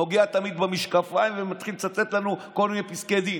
נוגע תמיד במשקפיים ומתחיל לצטט לנו כל מיני פסקי דין,